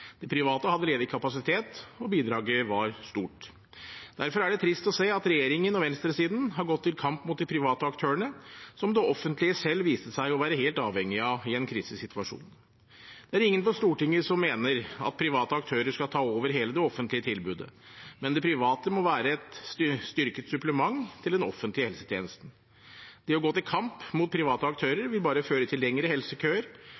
De private hadde ledig kapasitet, og bidraget var stort. Derfor er det trist å se at regjeringen og venstresiden har gått til kamp mot de private aktørene som det offentlige selv viste seg å være helt avhengig av i en krisesituasjon. Det er ingen på Stortinget som mener at private aktører skal ta over hele det offentlige tilbudet, men de private må være et styrket supplement til den offentlige helsetjenesten. Det å gå til kamp mot private aktører vil bare føre til lengre helsekøer